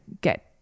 get